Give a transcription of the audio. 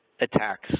attacks